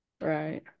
right